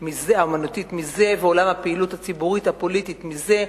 מזה ועולם הפעילות הציבורית-הפוליטית מזה.